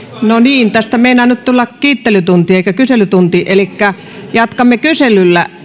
no niin tästä meinaa nyt tulla kiittelytunti eikä kyselytunti jatkamme kyselyllä